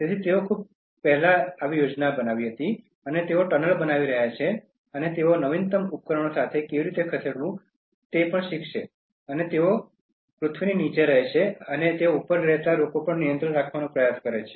તેથી તેઓએ ખૂબ પહેલાં યોજના બનાવી હતી અને તેઓ ટનલ બનાવી રહ્યા છે અને તેઓ નવીનતમ ઉપકરણો સાથે કેવી રીતે ખસેડવું તે શીખો અને તેઓ પૃથ્વીની નીચે રહે છે અને તેઓ ઉપર રહેતા લોકો પર નિયંત્રણ રાખવાનો પ્રયાસ કરે છે